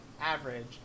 average